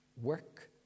Work